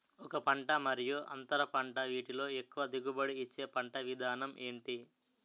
ఒక పంట మరియు అంతర పంట వీటిలో ఎక్కువ దిగుబడి ఇచ్చే పంట విధానం ఏంటి?